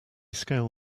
scale